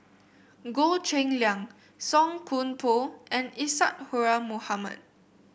Goh Cheng Liang Song Koon Poh and Isadhora Mohamed